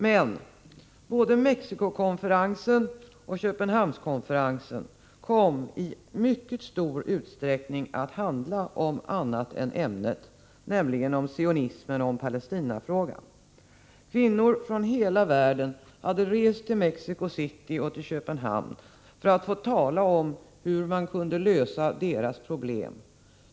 Men både Mexicokonferensen och Köpenhamnskonferensen kom i mycket stor utsträckning att handla om annat än ämnet, nämligen om sionismen och om Palestinafrågan. Kvinnor från hela världen hade rest till Mexico City och till Köpenhamn för att få tala om hur man skulle kunna lösa deras problem.